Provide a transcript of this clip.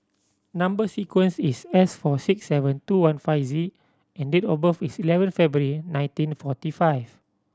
number sequence is S four six seven two one five Z and date of birth is eleven February nineteen forty five